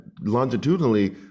longitudinally